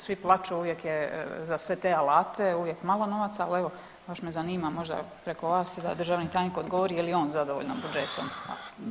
Svi plaću, uvijek je za sve te alate uvijek malo novaca, ali evo baš me zanima, možda preko vas da državni tajnik odgovori je li on zadovoljan budžetom.